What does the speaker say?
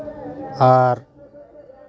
ᱟᱨ